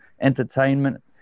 entertainment